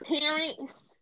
parents